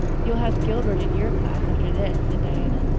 you'll have gilbert in your class after this, said diana,